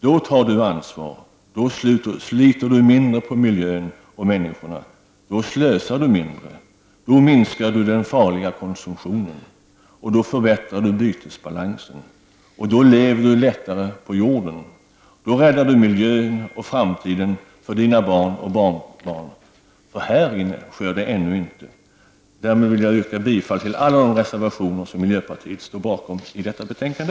Då tar Du ansvar, då sliter Du mindre på miljön och människorna, då slösar Du mindre, då minskar Du den farliga konsumtionen, då förbättrar Du bytesbalansen, då lever Du lättare på jorden, då räddar Du miljön och framtiden för Dina barn och barnbarn, för här inne sker det ännu inte. Därmed vill jag yrka bifall till alla de reservationer som miljöpartiet står bakom i detta betänkande.